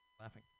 laughing